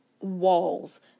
walls